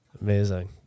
Amazing